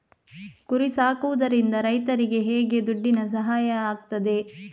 ಕುರಿ ಸಾಕುವುದರಿಂದ ರೈತರಿಗೆ ಹೇಗೆ ದುಡ್ಡಿನ ಸಹಾಯ ಆಗ್ತದೆ?